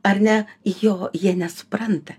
ar ne jo jie nesupranta